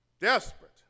Desperate